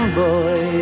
boy